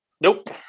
Nope